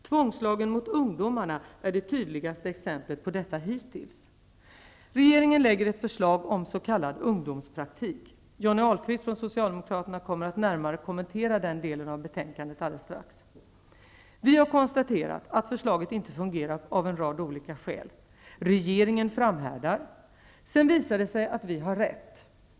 Tvångslagen mot ungdomarna är det hittills tydligaste exemplet på detta: Socialdemokraterna kommer alldeles strax att närmare kommentera den delen av betänkandet. Vi har konstaterat att förslaget inte fungerar av en rad olika skäl. Regeringen framhärdar. Sedan visar det sig att vi har rätt.